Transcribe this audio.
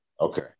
Okay